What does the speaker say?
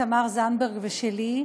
תמר זנדברג ושלי.